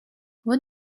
what